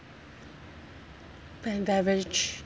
and beverage